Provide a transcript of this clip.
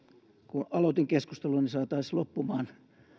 kun aloitin keskustelun niin saataisiin loppumaan